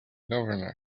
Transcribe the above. governor